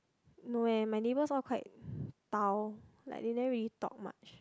no leh my neighbours all quite dao like they never really talk much